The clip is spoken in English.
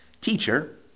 Teacher